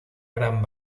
gran